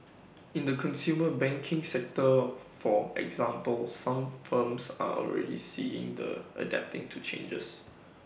in the consumer banking sector for example some firms are already seeing and adapting to changes